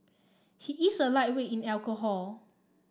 he is a lightweight in alcohol